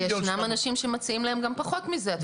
ישנם אנשים שמציעים להם גם פחות מזה.